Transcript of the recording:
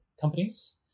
companies